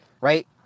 right